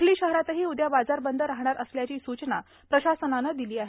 चिखली शहरातही उद्या बाजार बंद राहणार असल्याची सूचना प्रशासनाने दिली आहे